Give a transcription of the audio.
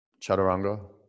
Chaturanga